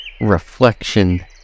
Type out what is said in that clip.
reflection